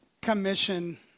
commission